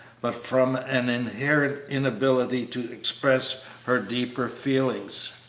but from an inherent inability to express her deeper feelings.